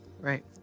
Right